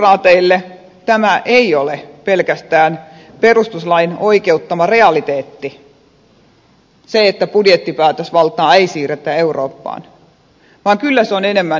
sosialidemokraateille tämä ei ole pelkästään perustuslain oikeuttama realiteetti se että budjettipäätösvaltaa ei siirretä eurooppaan vaan kyllä se on enemmän ideologinen kysymys